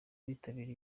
bitabira